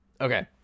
Okay